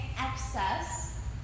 excess